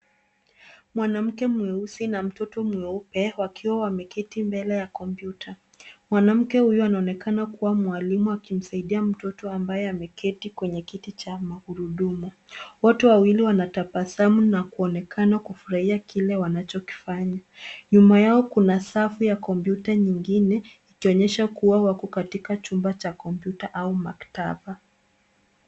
Mwanamke mweusi na mtoto mweupe wakiwa wameketi mbele ya kompyuta. Mwanamke huyo anaonekana kuwa mwalimu akimsaidia mtoto ambaye ameketi kwenye kiti cha magurudumu. Wote wawili wanatabasamu na kuonekana kufurahia kile wanacho kifanya. Nyuma yao kuna safu ya kompyuta nyingine ikionyesha kuwa wako katika chumba cha kompyuta au maktaba.